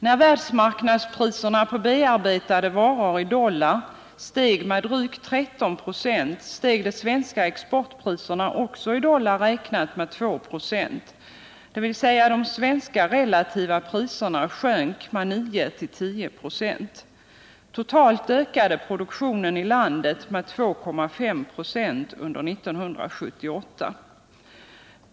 När världsmarknadspriserna i dollar på bearbetade varor steg med drygt 13 ?, steg de svenska exportpriserna, också i dollar räknat, med 2 ?., dvs. de svenska relativa priserna sjönk med 9-10 ”.. Totalt ökade produktionen i landet med 2,5 ”, under 1978.